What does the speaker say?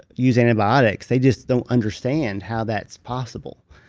use antibiotics, they just don't understand how that's possible.